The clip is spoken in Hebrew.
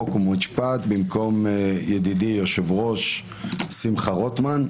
חוק ומשפט במקום ידידי היושב-ראש שמחה רוטמן.